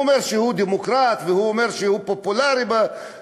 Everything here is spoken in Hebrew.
הוא אומר שהוא דמוקרט והוא אומר שהוא פופולרי בעולם.